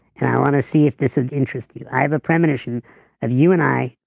and i want to see if this would interest you. i have a premonition of you and i,